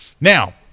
Now